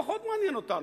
זה פחות מעניין אותנו.